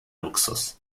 luxus